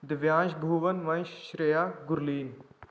Divyansh Bhuvan Vansh Shreya Gurleen